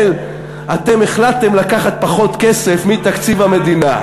אתם החלטתם לקחת פחות כסף מתקציב המדינה.